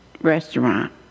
restaurant